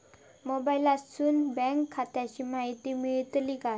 मोबाईलातसून बँक खात्याची माहिती मेळतली काय?